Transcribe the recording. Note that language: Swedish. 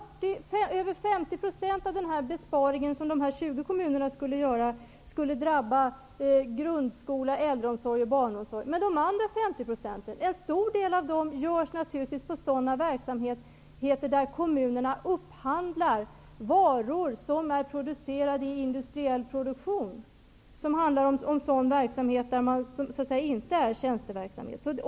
Ca 50 % av den besparing som de 20 kommunerna skulle göra skulle drabba grundskola, äldreomsorg och barnomsorg, men en stor del av de andra 50 % skulle naturligtvis sparas in på sådana verksamheter där kommunerna upphandlar varor som är framställda i industriell produktion. Det är då inte fråga om tjänsteverksamhet.